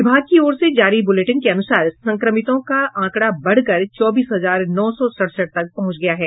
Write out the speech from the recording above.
विभाग की ओर से जारी ब्रलेटिन के अनुसार संक्रमितों का आंकडा बढ़कर चौबीस हजार नौ सौ सडसठ तक पहुंच गया है